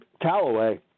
Callaway